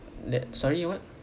let sorry what